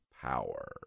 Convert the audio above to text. power